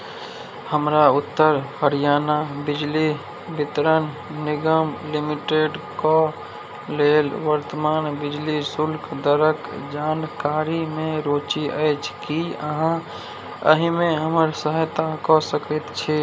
हमरा उत्तर हरियाणा बिजली वितरण निगम लिमिटेडके लेल वर्तमान बिजली शुल्क दरक जानकारीमे रुचि अछि की अहाँ एहिमे हमर सहायता कऽ सकैत छी